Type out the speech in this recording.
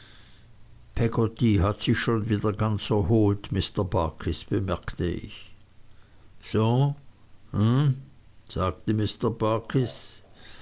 peggotty hat sich schon wieder ganz erholt mr barkis bemerkte ich so hm sagte